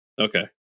Okay